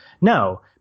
No